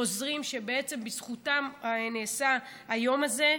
עוזרים שבעצם בזכותם נעשה היום הזה.